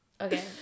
Okay